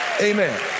Amen